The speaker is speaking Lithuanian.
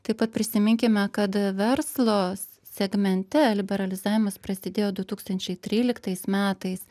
taip pat prisiminkime kad verslo segmente liberalizavimas prasidėjo du tūkstančiai tryliktais metais